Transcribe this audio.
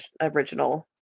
original